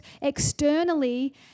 externally